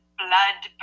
blood